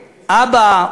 אבא,